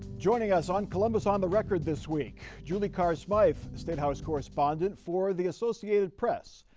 joining us on columbus on the record this week julie carr smyth, state house correspondent for the associated press,